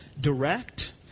direct